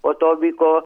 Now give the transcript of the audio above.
po to vyko